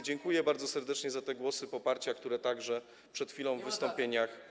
Dziękuję bardzo serdecznie za te głosy poparcia, które także padały przed chwilą w wystąpieniach.